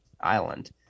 Island